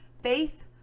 faith